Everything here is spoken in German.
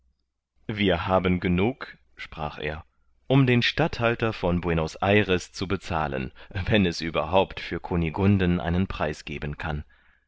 wir haben genug sprach er um den statthalter von buenos ayres zu bezahlen wenn es überhaupt für kunigunden einen preis geben kann